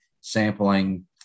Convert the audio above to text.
sampling